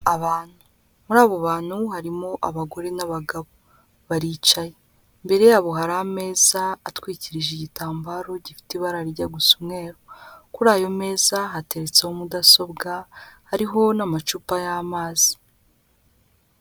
Abantu, muri abo bantu harimo abagore n'abagabo, baricaye. Imbere yabo hari ameza atwikirije igitambaro gifite ibara rijya gusa umweru, kuri ayo meza hataretseho mudasobwa, hariho n'amacupa y'amazi.